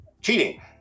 cheating